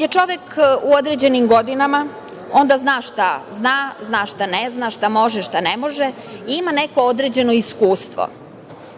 je čovek u određenim godinama, onda zna šta zna, zna šta ne zna, šta može, šta ne može i ima neko određeno iskustvo.